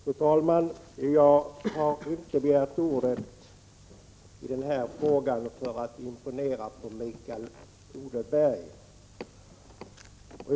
Fru talman! Jag har inte begärt ordet i den här frågan för att imponera på Mikael Odenberg.